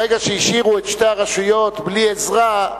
ברגע שהשאירו את שתי הרשויות בלי עזרה,